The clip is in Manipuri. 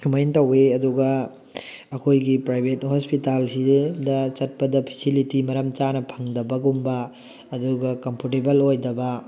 ꯁꯨꯃꯥꯏꯅ ꯇꯧꯋꯤ ꯑꯗꯨꯒ ꯑꯩꯈꯣꯏꯒꯤ ꯄ꯭ꯔꯥꯏꯚꯦꯠ ꯍꯣꯁꯄꯤꯇꯥꯜꯁꯤꯗꯩꯗ ꯆꯠꯄꯗ ꯐꯤꯁꯤꯂꯤꯇꯤ ꯃꯔꯝ ꯆꯥꯅ ꯐꯪꯗꯕꯒꯨꯝꯕ ꯑꯗꯨꯒ ꯀꯝꯐꯣꯔꯇꯦꯕꯜ ꯑꯣꯏꯗꯕ